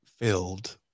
filled